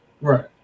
Right